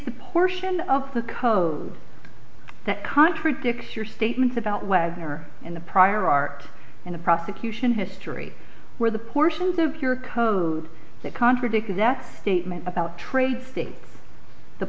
the portion of the code that contradicts your statements about wagner and the prior art in the prosecution history where the portions of your code that contradict the next statement about trade st